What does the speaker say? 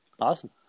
awesome